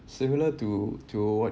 similar to to what